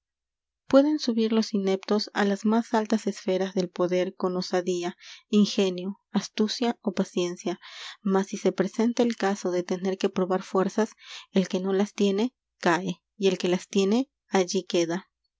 pueden subir los ineptos á las m á s altas esferas del poder con osadía ingenio astucia ó paciencia mas si se presenta el caso de tener que probar fuerzas el que no las tiene cae y el que las tiene allí queda